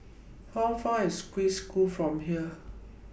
How Far IS Swiss School from here